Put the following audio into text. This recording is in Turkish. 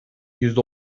yüzde